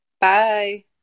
bye